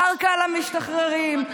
קרקע למשתחררים,